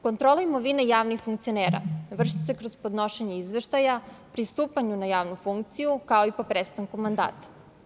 Kontrola imovine javnih funkcionera vrši se kroz podnošenje izveštaja, pri stupanju na javnu funkciju, kao i po prestanku mandata.